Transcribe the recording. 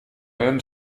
même